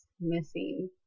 missing